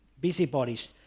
busybodies